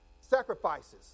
sacrifices